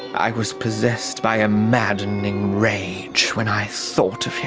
i was possessed by a maddening rage when i thought of him.